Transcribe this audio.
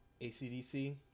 ACDC